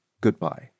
Goodbye